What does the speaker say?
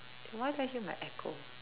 why can I hear my echo